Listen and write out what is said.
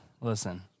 listen